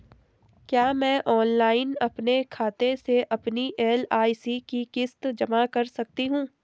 क्या मैं ऑनलाइन अपने खाते से अपनी एल.आई.सी की किश्त जमा कर सकती हूँ?